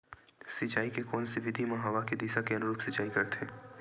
सिंचाई के कोन से विधि म हवा के दिशा के अनुरूप सिंचाई करथे?